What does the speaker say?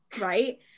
right